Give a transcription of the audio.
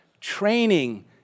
Training